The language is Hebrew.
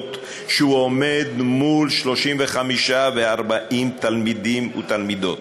כשהוא עומד מול 35 ו-40 תלמידות ותלמידים.